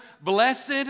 Blessed